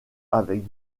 avec